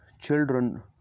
children